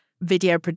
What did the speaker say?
video